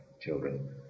children